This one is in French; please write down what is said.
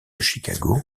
chicago